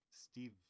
steve